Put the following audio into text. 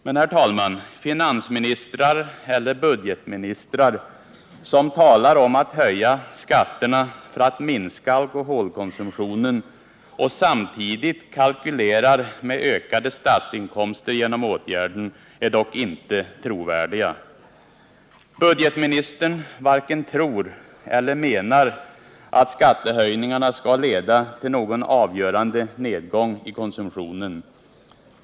Men finansministrar eller budgetministrar som talar om att höja skatterna för att minska alkoholkonsumtionen och samtidigt kalkylerar med ökade statsinkomster genom åtgärden är dock inte trovärdiga. Budgetministern varken tror eller menar att skattehöjningarna skall leda till någon avgörande nedgång i konsumtionen.